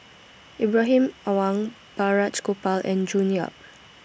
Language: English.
Ibrahim Awang Balraj Gopal and June Yap